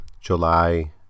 July